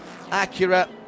Acura